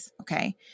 okay